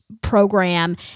program